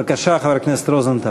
בבקשה, חבר הכנסת רוזנטל.